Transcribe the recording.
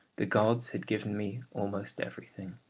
the gods had given me almost everything.